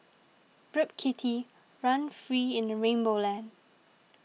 rip kitty run free in rainbow land